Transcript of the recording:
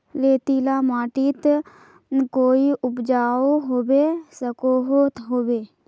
रेतीला माटित कोई उपजाऊ होबे सकोहो होबे?